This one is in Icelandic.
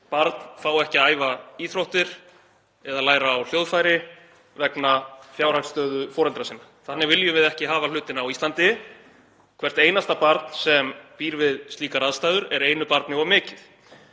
barn fái ekki að æfa íþróttir eða læra á hljóðfæri vegna fjárhagsstöðu foreldra sinna. Þannig viljum við ekki hafa hlutina á Íslandi. Hvert einasta barn sem býr við slíkar aðstæður er einu barni of mikið.